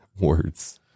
words